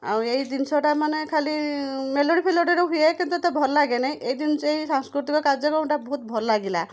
ଆଉ ଏହି ଜିନିଷ ଟା ମାନେ ଖାଲି ମେଲୋଡ଼ିଫେଲୋଡ଼ି ରେ ହୁଏ କିନ୍ତୁ ଏତେ ଭଲ ଲାଗେନି ଏ ଜିନିଷ ଏହି ସାଂସ୍କୃତିକ କାର୍ଯ୍ୟକ୍ରମଟା ବହୁତ ଭଲ ଲାଗିଲା